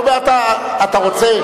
אתה רוצה,